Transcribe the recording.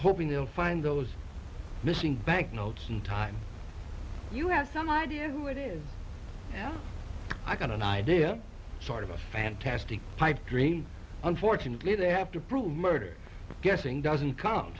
hoping they'll find those missing banknotes in time you have some idea who it is now i've got an idea sort of a fantastic pipe dream unfortunately they have to prove murder guessing doesn't